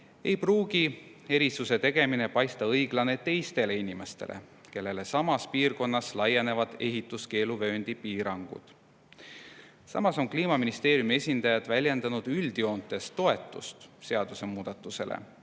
ei pruugi erisuse tegemine paista õiglane teistele inimestele, kellele samas piirkonnas laienevad ehituskeeluvööndi piirangud. Samas on Kliimaministeeriumi esindajad väljendanud üldjoontes toetust seadusemuudatusele